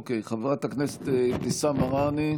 חברת הכנסת אבתיסאם מראענה,